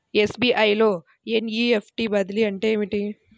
SBI లో NEFT బదిలీ అంటే ఏమిటి?